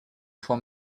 for